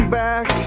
back